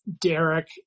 Derek